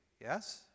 yes